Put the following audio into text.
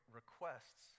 requests